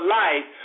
life